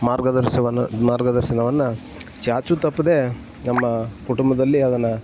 ಮಾರ್ಗದರ್ಶನವನ್ನ ಮಾರ್ಗದರ್ಶನವನ್ನು ಚಾಚೂ ತಪ್ಪದೇ ನಮ್ಮ ಕುಟುಂಬದಲ್ಲಿ ಅದನ್ನು